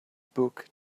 book